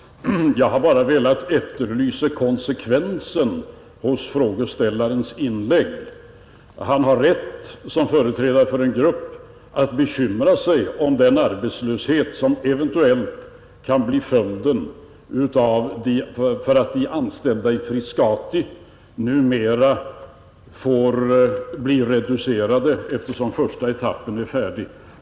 Fru talman! Jag har bara velat efterlysa konsekvensen i frågeställarens inlägg. Han har rätt, som företrädare för en grupp, att bekymra sig om den arbetslöshet som eventuellt kan bli följden av att antalet anställda i Frescati nu blir reducerat eftersom den första etappen är färdig.